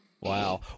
Wow